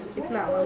it's not